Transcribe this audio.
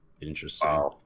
Interesting